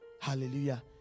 Hallelujah